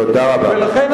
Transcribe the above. ולכן,